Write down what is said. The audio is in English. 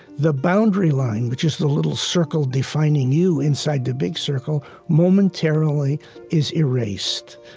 the boundary line, which is the little circle defining you inside the big circle, momentarily is erased.